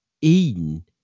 Eden